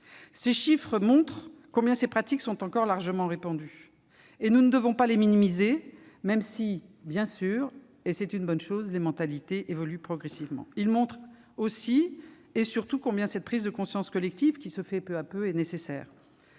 Ces chiffres montrent combien ces pratiques sont encore largement répandues. Nous ne devons pas les minimiser, même si, bien sûr, et c'est heureux, les mentalités évoluent progressivement. Ils montrent, aussi et surtout, combien une prise de conscience collective est nécessaire.